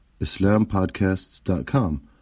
islampodcasts.com